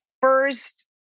first